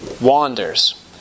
wanders